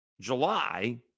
July